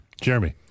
Jeremy